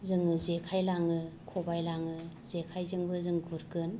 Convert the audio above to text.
जोङो जेखाइ लाङो खबाइ लाङो जेखाइजोंबो जों गुरगोन